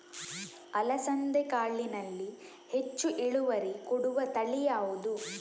ಅಲಸಂದೆ ಕಾಳಿನಲ್ಲಿ ಹೆಚ್ಚು ಇಳುವರಿ ಕೊಡುವ ತಳಿ ಯಾವುದು?